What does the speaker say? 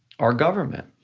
our government.